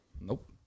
Nope